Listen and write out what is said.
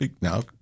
now